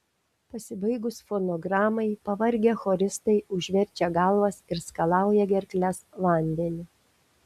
pasibaigus fonogramai pavargę choristai užverčia galvas ir skalauja gerkles vandeniu